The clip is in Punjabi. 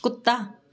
ਕੁੱਤਾ